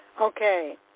Okay